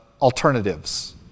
alternatives